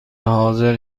حاضر